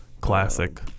Classic